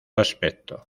aspecto